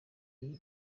iyi